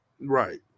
Right